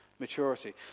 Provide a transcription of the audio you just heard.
maturity